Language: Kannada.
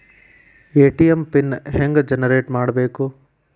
ಎ.ಟಿ.ಎಂ ಪಿನ್ ಹೆಂಗ್ ಜನರೇಟ್ ಮಾಡಬೇಕು?